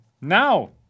now